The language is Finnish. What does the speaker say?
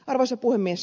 arvoisa puhemies